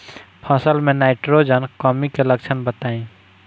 फसल में नाइट्रोजन कमी के लक्षण बताइ?